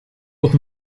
auch